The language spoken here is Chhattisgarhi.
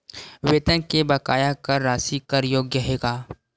वेतन के बकाया कर राशि कर योग्य हे का?